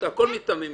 הכל מטעמים מיוחדים.